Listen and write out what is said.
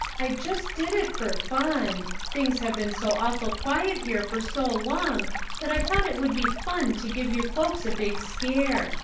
i just did it for fun. things have been so awful quiet here for so long that i thought it would be fun to give you folks a big scare.